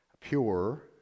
pure